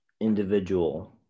individual